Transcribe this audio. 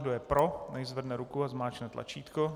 Kdo je pro, nechť zvedne ruku a zmáčkne tlačítko.